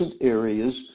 areas